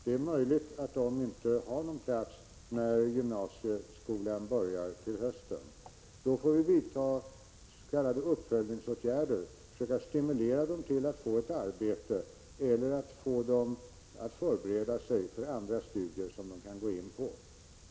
Det är möjligt att de inte har någon plats när gymnasieskolan börjar till hösten. Då får vi vidta s.k. uppföljningsåtgärder, för att stimulera dem att ta ett arbete eller förbereda sig för andra studier som de kan gå in på.